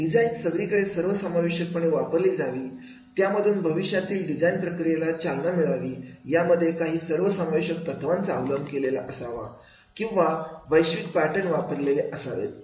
design सगळीकडे सर्वसमावेशक पणे वापरली जावी त्यामधून भविष्यातील डिझाईन प्रक्रियेला चालना मिळावी यामध्ये काही सर्वसमावेशक तत्वांचा अवलंब केलेला असावा किंवा वैश्विक पॅटरन वापरलेले असावे